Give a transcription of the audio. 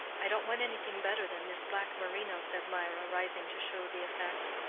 i don't want anything better than this black merino, said mirah, rising to show the effect.